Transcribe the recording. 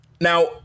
Now